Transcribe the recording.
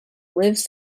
lives